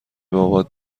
بابات